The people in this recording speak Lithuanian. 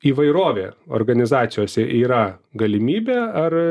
įvairovė organizacijose yra galimybė ar